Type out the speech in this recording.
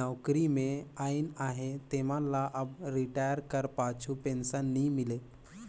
नउकरी में अइन अहें तेमन ल अब रिटायर कर पाछू पेंसन नी मिले